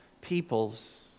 peoples